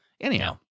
anyhow